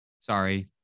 sorry